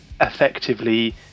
Effectively